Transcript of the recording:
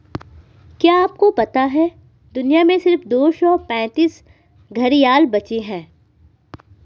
क्या आपको पता है दुनिया में सिर्फ दो सौ पैंतीस घड़ियाल बचे है?